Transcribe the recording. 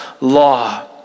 law